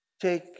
take